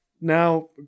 now